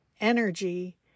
energy